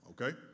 Okay